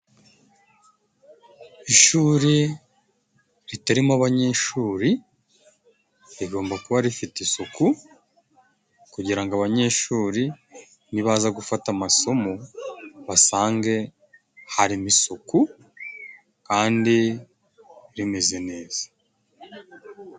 Ishuri ritarimo abanyeshuri rigomba kuba rifite isuku, kugira ngo abanyeshuri nibaza gufata amasomo basange harimo isuku kandi rimeze neza.